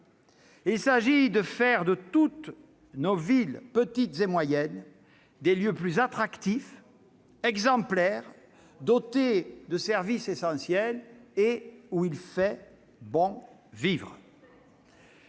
Il s'agit de faire de toutes nos villes, petites et moyennes, des lieux plus attractifs, exemplaires, dotés de services essentiels et où il fait bon vivre.